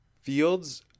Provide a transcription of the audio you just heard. Fields